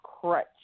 crutch